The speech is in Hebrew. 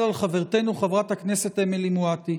על חברתנו חברת הכנסת אמילי מואטי.